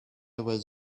was